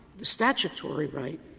the statutory right,